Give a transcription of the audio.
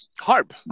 harp